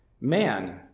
Man